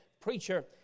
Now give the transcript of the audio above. preacher